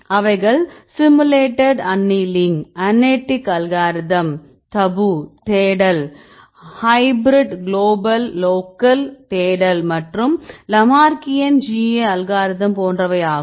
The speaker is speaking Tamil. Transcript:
அவைகள் சி simulated annealing genetic algorithm tabu தேடல் ஹய்பிரீட் குளோபல் லோக்கல் தேடல் மற்றும் லாமர்கியன் GA அல்காரிதம் போன்றவையாகும்